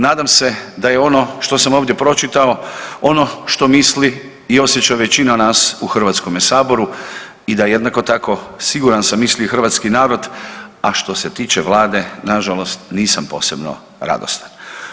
Nadam se da je ono što sam ovdje pročitao ono što misli i osjeća većina nas u HS-u i da jednako tako siguran sam misli i hrvatski narod, a što se tiče Vlade nažalost nisam posebno radostan.